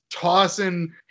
Tossing